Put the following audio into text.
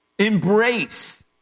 Embrace